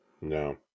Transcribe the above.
No